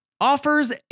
offers